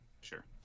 sure